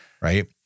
right